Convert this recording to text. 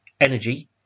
energy